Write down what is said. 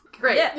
great